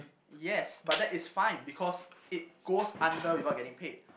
yes but that is fine because it goes under without getting paid